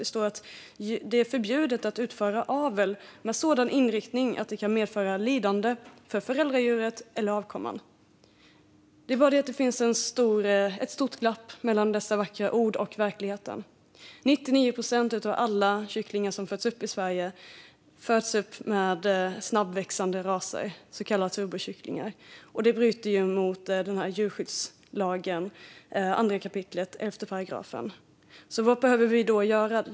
Det står att det är förbjudet att utföra avel med sådan inriktning att det kan medföra lidande för föräldradjuret eller avkomman. Det är bara det att det finns ett stort glapp mellan dessa vackra ord och verkligheten. I Sverige är 99 procent av alla kycklingar av snabbväxande raser, så kallade turbokycklingar. Det bryter mot 2 kap. 11 § djurskyddslagen. Vad behöver vi då göra?